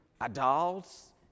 adults